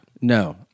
No